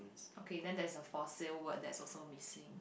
okay then that is a for sales word that also missing